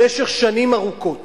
במשך שנים ארוכות